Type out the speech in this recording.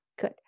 good